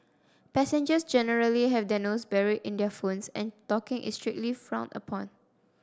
passengers generally have their nose buried in their phones and talking is strictly frowned upon